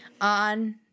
on